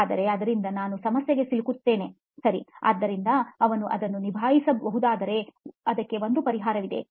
ಆದರೆ ಅದರಿಂದ ನಾವು ಸಮಸ್ಯೆಗೆ ಸಿಲುಕುತ್ತೇವೆ ಸರಿ ಆದ್ದರಿಂದ ಅವನು ಅದನ್ನು ನಿಭಾಯಿಸಬಹುದಾದರೆ ಅದು ಒಂದು ಪರಿಹಾರವಾಗಿದೆ